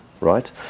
right